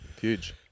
Huge